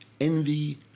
envy